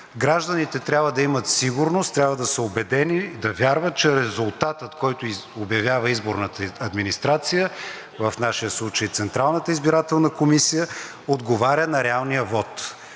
Гражданите трябва да имат сигурност, трябва да са убедени, да вярват, че резултатът, който обявява изборната администрация, в нашия случай Централната избирателна комисия, отговаря на реалния вот.